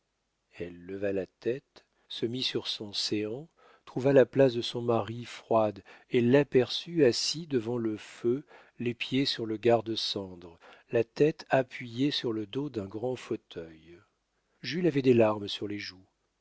elle leva la tête se mit sur son séant trouva la place de son mari froide et l'aperçut assis devant le feu les pieds sur le garde-cendre la tête appuyée sur le dos d'un grand fauteuil jules avait des larmes sur les joues